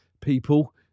people